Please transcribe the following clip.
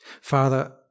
Father